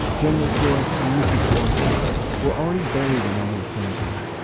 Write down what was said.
general forrest and mrs. forrest were already buried in elmwood cemetery,